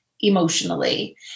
emotionally